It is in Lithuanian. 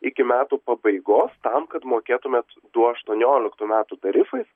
iki metų pabaigos tam kad mokėtumėt du aštuonioliktų metų tarifais